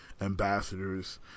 ambassadors